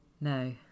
no